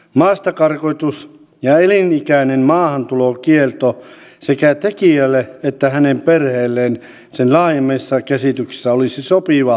maastakarkotus ja elinikäinen maahantulokielto sekä tekijälle että hänen perheelleen sen laajemmassa käsityksessä olisi sopiva rangaistus